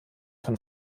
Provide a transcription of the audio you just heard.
von